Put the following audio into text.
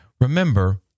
Remember